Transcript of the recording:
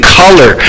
color